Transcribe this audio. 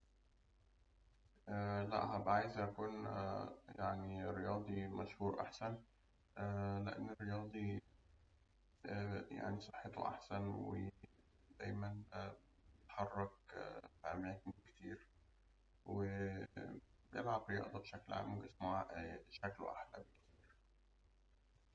لأ هأبقى عايز أكون رياضي مشهور أحسن، لأن الرياضي يعني صحته أحسن، ودايما بيتحرك في أماكن كتير، وبيلعب رياضة وشكل جسمه أحلى بكتير.